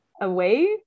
away